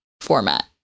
format